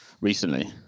recently